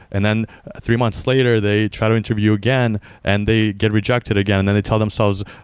and then three months later, they try to interview again and they get rejected again and then they tell themselves,